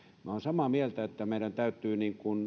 olen samaa mieltä että meidän täytyy